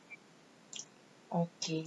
okay